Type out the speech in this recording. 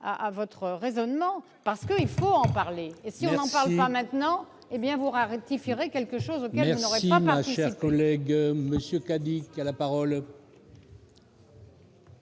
à votre raisonnement, car il faut en parler et si on n'en parle pas maintenant vous ratifierez un dispositif auquel vous n'aurez pas participé.